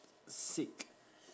sick